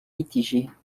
mitigées